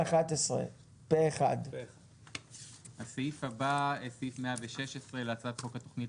אושר הסעיף הבא סעיף 116 להצעת חוק התוכנית